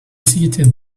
seated